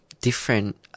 different